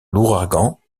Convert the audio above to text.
l’ouragan